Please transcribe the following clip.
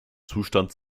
zustand